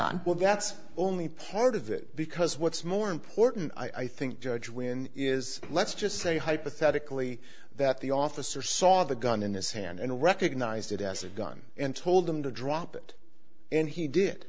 on well that's only part of it because what's more important i think george when is let's just say hypothetically that the officer saw the gun in his hand and recognized it as a gun and told them to drop it and he did